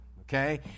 Okay